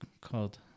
called